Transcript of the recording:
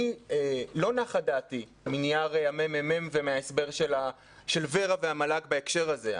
לא נחה דעתי מנייר מרכז המחקר והמידע ומההסבר של ור"ה והמל"ג בהקשר הזה.